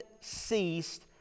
ceased